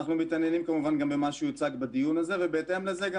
אנחנו גם מתעניינים כמובן גם במה שיוצג בדיון הזה ובהתאם לזה גם